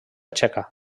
txeca